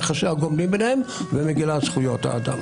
את יחסי הגומלין ביניהם ואת מגילת זכויות האדם.